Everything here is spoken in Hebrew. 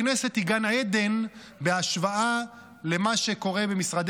הכנסת היא גן עדן בהשוואה למה שקורה במשרדי